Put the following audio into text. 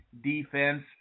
defense